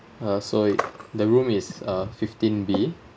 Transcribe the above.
uh so it the room is uh fifteen b